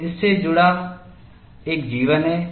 तो इससे जुड़ा एक जीवन है